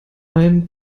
ein